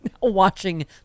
watching